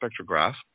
spectrograph